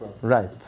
Right